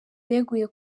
beguye